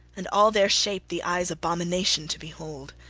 and all their shape the eye's abomination to behold.